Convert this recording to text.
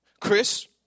Chris